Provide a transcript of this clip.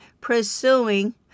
pursuing